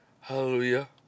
Hallelujah